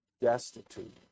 destitute